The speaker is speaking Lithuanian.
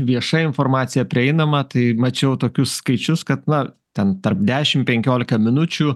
vieša informacija prieinama tai mačiau tokius skaičius kad na ten tarp dešim penkiolika minučių